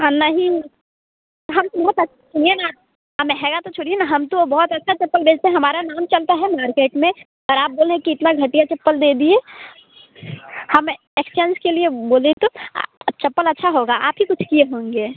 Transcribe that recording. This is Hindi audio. हाँ नहीं हाँ वो सब सुनिए न महंगा तो छोड़िए न हम तो बहुत अच्छा चप्पल बेचते हैं हमारा नाम चलता है मार्केट में और आप बोल रही कि इतना घटिया चप्पल दे दिए हाँ मैं एक्सचेंज के लिए बोले तो तो चप्पल अच्छा होगा आप ही कुछ किए होंगे